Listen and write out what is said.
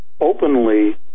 openly